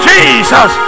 Jesus